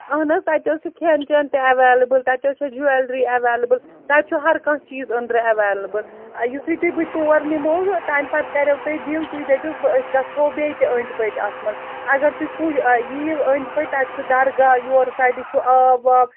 اَہن حظ تَتہِ حظ چھِ کھٮ۪ن چٮ۪ن تہِ اٮ۪ویلِبٕل تَتہِ حظ چھےٚ جِوٮ۪لری اٮ۪ویلٕبٕل تَتہِ چھُ ہرٕ کانٛہہ چیٖز أنٛدرٕ اٮ۪ویلِبٕل یُتھُے تُہۍ بہٕ تور نِمو تَمۍ پَتہٕ کَریو تۄہہِ دِل تُہۍ دٔپِو أسۍ گژھہو بیٚیہِ تہِ أنٛدۍ پٔتۍ اَتھ منٛز اگر تُہۍ یِیِو أنٛدۍ پٔتۍ تَتہِ چھُ دَرگاہ یورٕ سایڈ چھُ آب واب